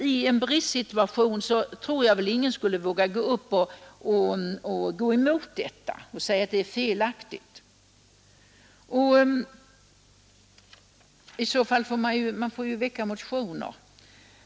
Ingen vågar väl heller påstå att denna praxis är felaktig. I så fall kan man ju väcka en motion.